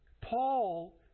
Paul